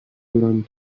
durant